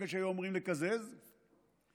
האוצר הסתיר את זה,